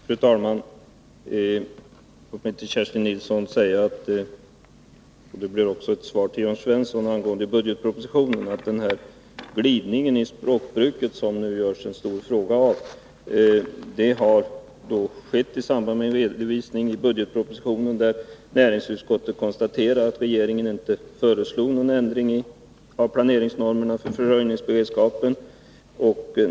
Fru talman! Låt mig till Kerstin Nilsson säga — det blir även ett svar till Jörn Svensson angående budgetpropositionen — att den glidning i språkbruket som det nu görs en så stor fråga av skedde i samband med redovisningen av budgetpropositionen, då näringsutskottet konstaterade att regeringen inte föreslog någon ändring av planeringsramarna för försörjningsberedskapen.